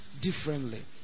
differently